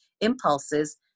impulses